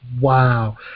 Wow